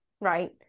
right